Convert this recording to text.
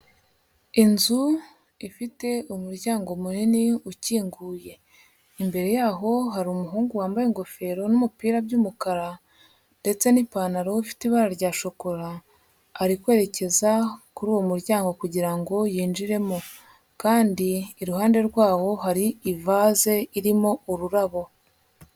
Inzu ifite umuryango munini ukinguye, imbere y'aho hari umuhungu wambaye ingofero n'umupira by'umukara ndetse n'ipantaro ufite ibara rya shokora ari kwerekeza kuri uwo muryango kugira ngo yinjiremo kandi iruhande rwawo hari ivaze irimo ururabo.